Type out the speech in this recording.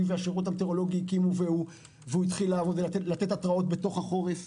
והשירות המטאורולוגי שהחל לעבוד ולתת התראות בתוך החורף